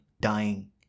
dying